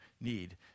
need